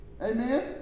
Amen